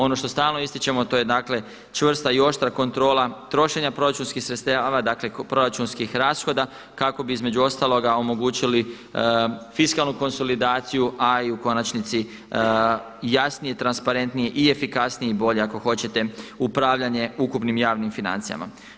Ono što stalno ističemo a to je dakle čvrsta i oštra kontrola trošenja proračunskih sredstava, dakle proračunskih rashoda kako bi između ostaloga omogućili fiskalnu konsolidaciju a i u konačnici jasnije, transparentnije i efikasnije i bolje ako hoćete upravljanje ukupnim javnim financijama.